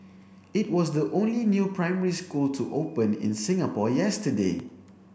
it was the only new primary school to open in Singapore yesterday